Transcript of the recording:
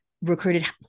recruited